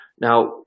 Now